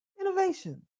innovation